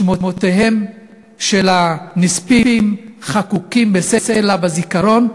שמותיהם של הנספים חקוקים בסלע, בזיכרון,